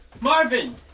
Marvin